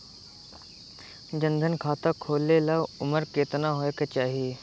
जन धन खाता खोले ला उमर केतना होए के चाही?